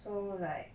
so like